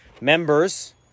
members